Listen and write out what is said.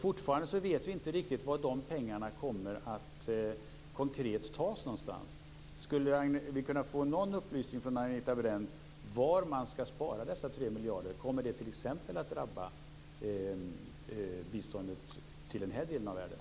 Fortfarande vet vi inte riktigt varifrån, konkret, de pengarna kommer att tas. Skulle vi kunna få någon upplysning från Agneta Brendt om var man skall spara dessa 3 miljarder? Kommer det t.ex. att drabba biståndet till denna del av världen?